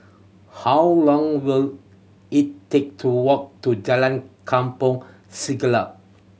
how long will it take to walk to Jalan Kampong Siglap